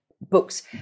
books